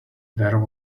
there